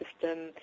system